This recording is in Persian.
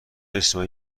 اجتماعی